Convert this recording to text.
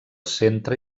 centre